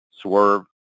Swerve